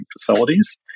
facilities